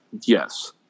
yes